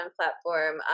platform